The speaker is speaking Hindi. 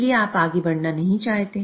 इसलिए आप आगे बढ़ना नहीं चाहते